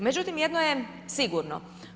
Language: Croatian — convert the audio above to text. Međutim, jedno je sigurno.